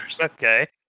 Okay